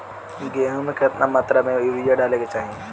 गेहूँ में केतना मात्रा में यूरिया डाले के चाही?